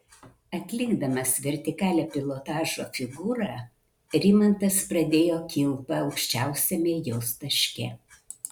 atlikdamas vertikalią pilotažo figūrą rimantas pradėjo kilpą aukščiausiame jos taške